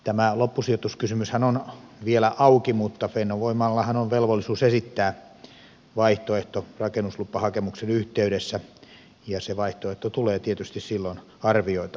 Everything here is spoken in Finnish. tämä loppusijoituskysymyshän on vielä auki mutta fennovoimallahan on velvollisuus esittää vaihtoehto rakennuslupahakemuksen yhteydessä ja se vaihtoehto tulee tietysti silloin arvioitavaksi